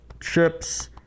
chips